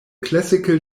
classical